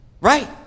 Right